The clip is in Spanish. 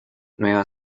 nueva